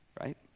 right